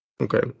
Okay